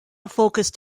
focused